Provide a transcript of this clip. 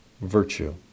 virtue